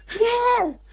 Yes